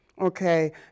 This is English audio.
Okay